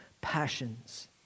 passions